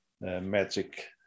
magic